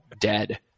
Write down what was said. dead